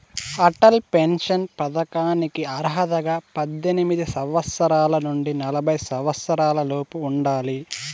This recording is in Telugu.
అటల్ పెన్షన్ పథకానికి అర్హతగా పద్దెనిమిది సంవత్సరాల నుండి నలభై సంవత్సరాలలోపు ఉండాలి